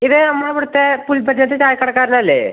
ഇത് നമ്മളെ ഇവിടത്തെ പുൽപ്പറ്റയിലത്തെ ചായക്കടക്കാരനല്ലേ